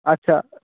আচ্ছা